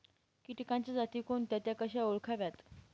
किटकांच्या जाती कोणत्या? त्या कशा ओळखाव्यात?